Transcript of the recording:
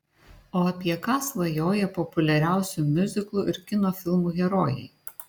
o apie ką svajoja populiariausių miuziklų ir kino filmų herojai